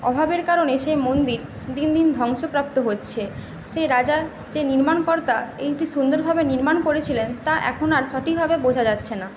অভাবের কারণে সে মন্দির দিন দিন ধ্বংসপ্রাপ্ত হচ্ছে সেই রাজা যে নির্মাণ কর্তা এইটি সুন্দরভাবে নির্মাণ করেছিলেন তা এখন আর সঠিকভাবে বোঝা যাচ্ছে না